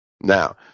Now